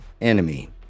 enemy